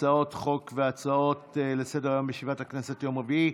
הצעות חוק והצעות לסדר-היום בישיבת הכנסת של יום רביעי.